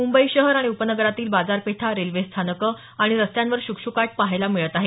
मुंबई शहर आणि उपनगरातील बाजारपेठा रेल्वे स्थानकं आणि रस्त्यांवर शुकशुकाट पहायला मिळत आहे